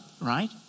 Right